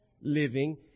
living